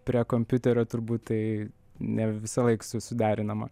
prie kompiuterio turbūt tai ne visąlaik su suderinama